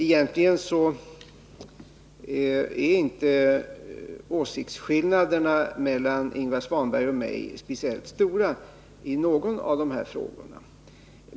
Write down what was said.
Egentligen är inte åsiktsskillnaderna mellan Ingvar Svanberg och mig speciellt stora i någon av de här frågorna.